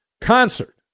concert